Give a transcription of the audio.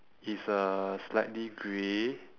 is uh slightly grey